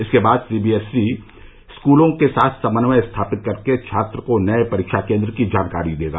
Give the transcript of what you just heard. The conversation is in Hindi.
इसके बाद सीबीएसई स्कूलों के साथ समन्वय स्थापित करके छात्रों को नए परीक्षा केंद्र की जानकारी देगा